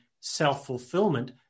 self-fulfillment